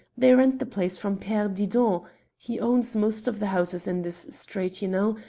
they rent the place from pere didon. he owns most of the houses in this street, you know,